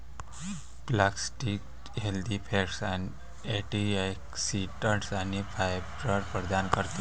flaxseed healthy fats, antioxidants आणि fibre प्रदान करते